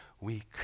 weak